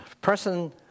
person